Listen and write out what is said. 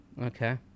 okay